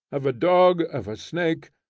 of a dog, of a snake,